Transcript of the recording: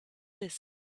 list